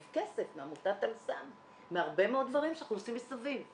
כסף מעמותת "אל סם" מהרבה מאוד דברים שאנחנו עושים מסביב.